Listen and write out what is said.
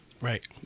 Right